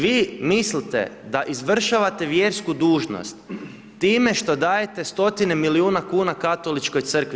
Vi mislite da izvršavate vjersku dužnost time što dajete stotine milijuna kn Katoličkoj crkvi.